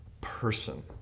person